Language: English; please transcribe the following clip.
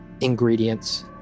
ingredients